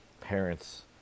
parents